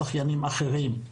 פני זכיינים אחרים.